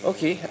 Okay